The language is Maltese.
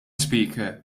speaker